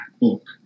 book